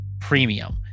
premium